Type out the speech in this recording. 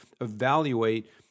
evaluate